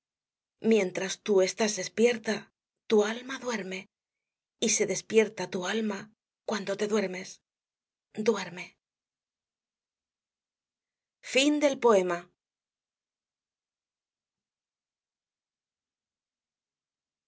mientras tú estás despierta tu alma duerme y se despierta tu alma cuando te duermes duerme